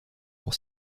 pour